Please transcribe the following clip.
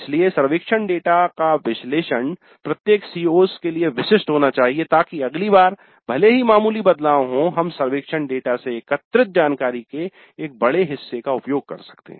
इसलिए सर्वेक्षण डेटा का विश्लेषण प्रत्येक CO's के लिए विशिष्ट होना चाहिए ताकि अगली बार भले ही मामूली बदलाव हों हम सर्वेक्षण डेटा से एकत्रित जानकारी के एक बड़े हिस्से का उपयोग कर सकते हैं